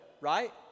right